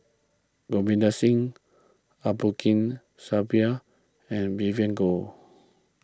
Ravinder Singh Abdul and Vivien Goh